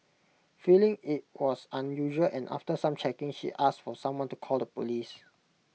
feeling IT was unusual and after some checking she asked for someone to call the Police